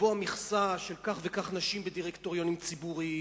לקבוע מכסה של כך וכך נשים בדירקטוריונים ציבוריים,